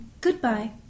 Goodbye